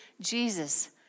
Jesus